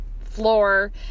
floor